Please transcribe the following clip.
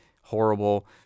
horrible